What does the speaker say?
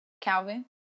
Calvin